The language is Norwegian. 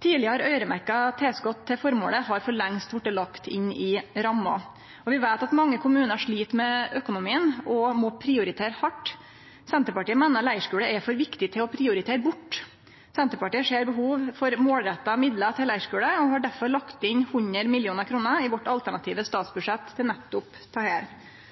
Tidlegare øyremerkte tilskot til føremålet har for lengst vorte lagde inn i ramma. Vi veit at mange kommunar slit med økonomien og må prioritere hardt. Senterpartiet meiner leirskule er for viktig til at det blir prioritert bort. Senterpartiet ser behov for målretta midlar til leirskule, og har derfor lagt inn 100 mill. kr i vårt alternative statsbudsjett til nettopp dette. Mange skuleklassar er flinke til